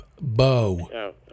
bow